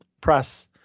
press